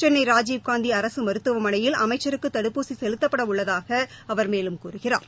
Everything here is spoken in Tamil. சென்னை ராஜீவ்காந்தி அரசு மருத்துவமனையில் அமைச்சருககு தடுப்பூசி செலுத்தப்பட உளள்தாக அவர் மேலும் கூறுகிறார்